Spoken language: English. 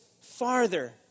farther